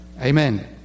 amen